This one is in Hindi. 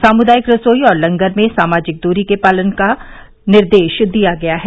सामुदायिक रसोई और लंगर में सामाजिक दूरी के पालन का निर्देश दिया गया है